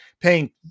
paying